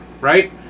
right